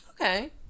okay